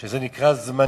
שזה נקרא זמני,